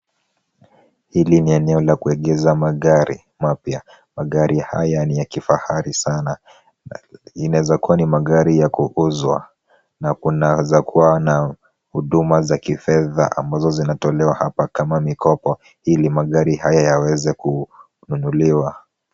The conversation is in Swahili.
Hili ni eneo la kuegeza magari mapya. Magari haya ni ya kifahari sana na inaezakuwa ni magari ya kuuzwa na kunaezakuwa na huduma za kifedha ambazo zinatolewa hapa kama mikopo ili magari haya yaweze kununuliwa.